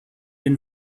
been